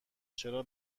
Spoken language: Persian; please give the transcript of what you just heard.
چرا